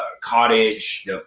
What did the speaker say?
cottage